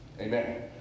Amen